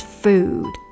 food